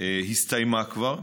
הסתיימה כבר.